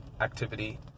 activity